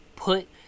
put